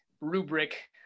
rubric